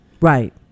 Right